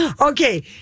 Okay